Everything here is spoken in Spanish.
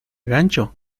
gancho